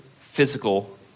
physical